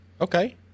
Okay